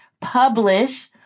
Publish